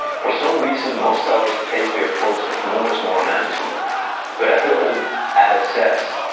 for some reason, most sellers take the approach of more is more on amazon but as the old adage says,